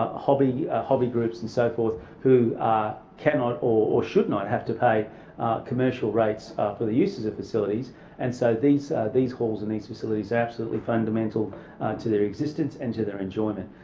ah hobby ah hobby groups and so forth who cannot or should not have to pay commercial rates for the uses of facilities and so these these halls and these facilities are absolutely fundamental to their existence and to their enjoyment.